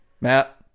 Matt